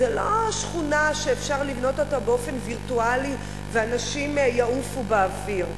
זו לא שכונה שאפשר לבנות אותה באופן וירטואלי ואנשים יעופו באוויר.